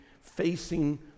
facing